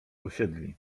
usiedli